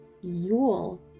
yule